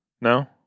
No